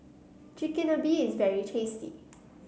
Chigenabe is very tasty